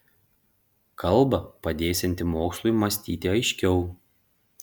kalba padėsianti mokslui mąstyti aiškiau